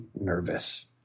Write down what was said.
nervous